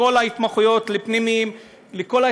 לכל ההתמחויות,